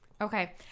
Okay